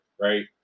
Right